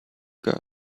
girl